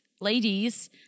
ladies